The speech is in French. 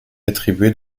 attribué